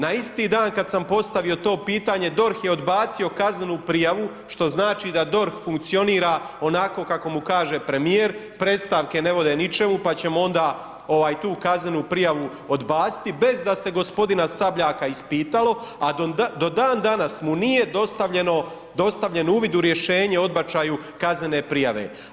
Na isti dan kad sam postavio to pitanje, DORH je odbacio kaznenu prijavu, što znači da DORH funkcionira onako kako mu kaže premijer, predstavke ne vode ničemu pa ćemo onda i tu kaznenu prijavu odbaciti bez da se g. Sabljaka ispitalo, a do dan danas mu nije dostavljen uvid u rješenje o odbačaju kaznene prijave.